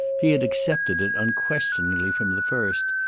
he had accepted it unquestioningly from the first,